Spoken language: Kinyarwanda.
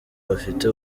bafite